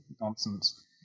nonsense